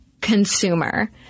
consumer